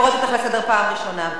אני קוראת אותך לסדר פעם ראשונה.